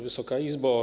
Wysoka Izbo!